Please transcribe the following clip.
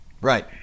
Right